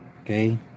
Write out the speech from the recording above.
Okay